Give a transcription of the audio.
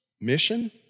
mission